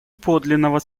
подлинного